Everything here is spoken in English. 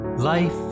Life